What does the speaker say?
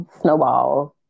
snowballs